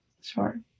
Sure